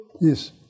Yes